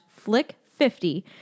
flick50